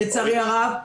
לצערי הרב,